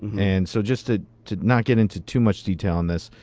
and so just ah to not get into too much detail on this,